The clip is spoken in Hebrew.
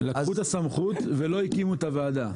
לקחו את הסמכות אך לא הקימו את הוועדה.